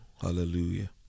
Hallelujah